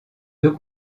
deux